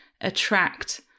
attract